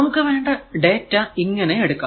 നമുക്ക് വേണ്ട ഡാറ്റ ഇങ്ങനെ എടുക്കാം